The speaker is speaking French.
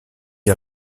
est